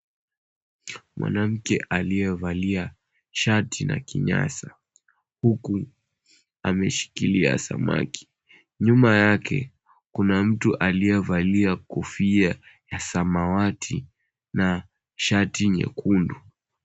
Mwanamke aliyevalia shati na kinyasa huku ameshikililia samaki. Nyuma yake kuna mtu aliyevalia kofia ya samawati na shati nyekundu.